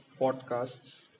podcasts